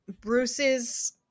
Bruce's